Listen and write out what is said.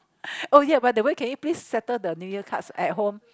oh ya by the way can you please settle the New Year cards at home